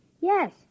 Yes